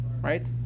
right